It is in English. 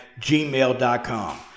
gmail.com